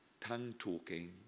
tongue-talking